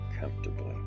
comfortably